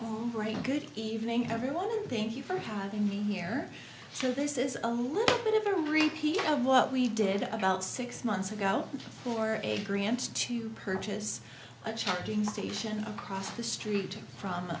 station good evening everyone and thank you for having me here so this is a little bit of a repeat of what we did about six months ago for a grant to purchase a charging station across the street from